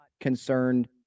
concerned